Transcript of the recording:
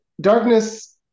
Darkness